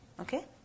Okay